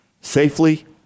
safely